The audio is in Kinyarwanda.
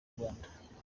rwanda